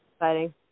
exciting